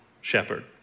Shepherd